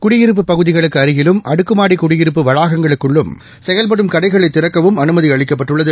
குடியிருப்பு பகுதிகளுக்கு அருகிலும் அடுக்குமாடி குடியிருப்பு வளாகங்களுககுள் செயல்படும் கடைகளை திறக்கவும் அனுமதி அளிக்கப்பட்டுள்ளது